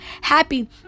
happy